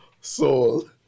Soul